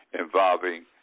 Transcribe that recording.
involving